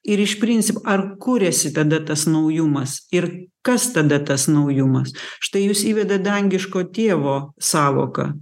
ir iš principo ar kūriasi tada tas naujumas ir kas tada tas naujumas štai jūs įvedat dangiško tėvo sąvoką